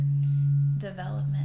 development